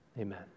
Amen